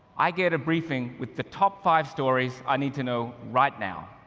i get a briefing with the top five stories i need to know right now.